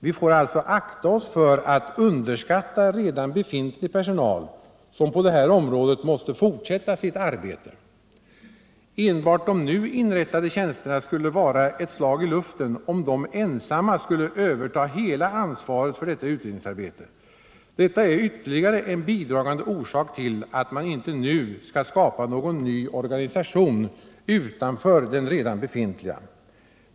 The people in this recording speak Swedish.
Vi får alltså akta oss 13 april 1978 för att underskatta redan befintlig personal, som på det här området måste fortsätta sitt arbete. De nu inrättade tjänsterna skulle vara ett slag i luften om de ensamma skulle överta hela ansvaret för detta utredningsarbete. Detta är ytterligare en bidragande orsak till att man inte nu skall skapa någon ny organisation utanför den redan befintliga.